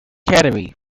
academy